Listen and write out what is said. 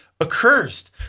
accursed